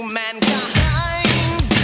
mankind